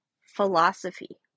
philosophy